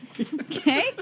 Okay